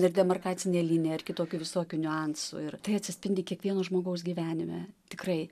ir demarkacinė linija ir kitokių visokių niuansų ir tai atsispindi kiekvieno žmogaus gyvenime tikrai